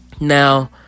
now